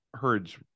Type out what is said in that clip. herds